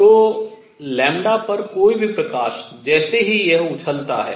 तो लैम्ब्डा पर कोई भी प्रकाश जैसे ही यह उछलता है